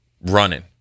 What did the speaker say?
running